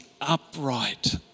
upright